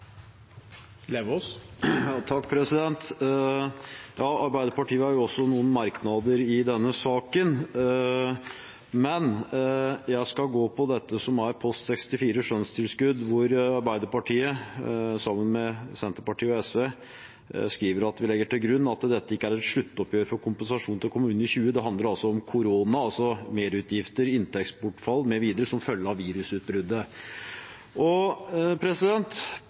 Arbeiderpartiet har også noen merknader i denne saken. Jeg skal gå til post 64 Skjønnstilskudd, der Arbeiderpartiet, sammen med Senterpartiet og SV, skriver at vi legger til grunn at dette ikke er et sluttoppgjør for kompensasjon til kommunene i 2020. Det handler om korona, altså merutgifter, inntektsbortfall mv. som følge av virusutbruddet. Tirsdag kveld, samme dag som vi debatterte budsjettene for kommuner, fylker og